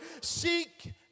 Seek